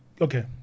okay